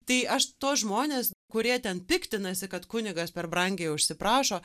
tai aš tuos žmones kurie ten piktinasi kad kunigas per brangiai užsiprašo